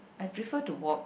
I prefer to walk